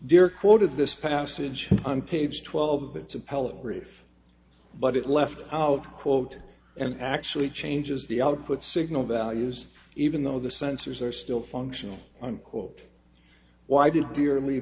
are quoted this passage on page twelve it's a pelican brief but it left out quote and actually changes the output signal values even though the sensors are still functional unquote why did de